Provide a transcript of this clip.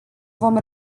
vom